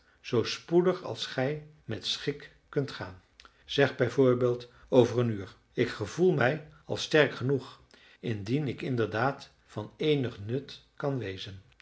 zoo spoedig als gij met schik kunt gaan zeg b v over een uur ik gevoel mij al sterk genoeg indien ik inderdaad van eenig nut kan wezen